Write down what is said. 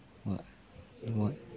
what what